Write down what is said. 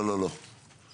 לא, לא, לא.